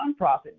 nonprofit